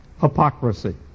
hypocrisy